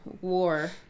war